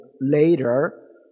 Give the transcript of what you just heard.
later